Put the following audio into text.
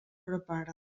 prepara